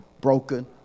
broken